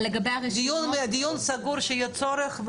דיון סגור כשיהיה צורך,